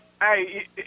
Hey